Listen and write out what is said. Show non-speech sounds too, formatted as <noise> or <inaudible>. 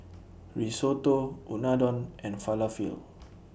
<noise> Risotto Unadon and Falafel <noise>